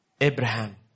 Abraham